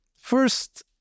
first